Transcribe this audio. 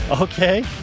Okay